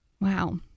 Wow